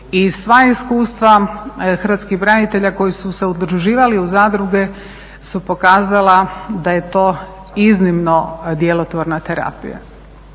i sva iskustva hrvatskih branitelja koji su se udruživali u zadruge su pokazala da je to iznimno djelotvorna terapija.